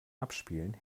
abspielen